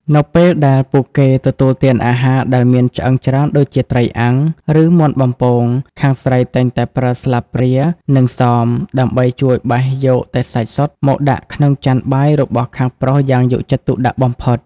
នៅពេលដែលពួកគេទទួលទានអាហារដែលមានឆ្អឹងច្រើនដូចជាត្រីអាំង ឬមាន់បំពង ខាងស្រីតែងតែប្រើស្លាបព្រា និងសម ដើម្បីជួយបេះយកតែសាច់សុទ្ធមកដាក់ក្នុងចានបាយរបស់ខាងប្រុសយ៉ាងយកចិត្តទុកដាក់បំផុត។